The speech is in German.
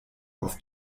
auf